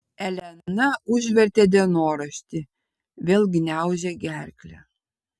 elena užvertė dienoraštį vėl gniaužė gerklę